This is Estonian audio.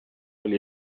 oli